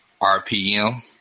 RPM